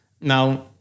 Now